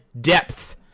depth